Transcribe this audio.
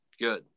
good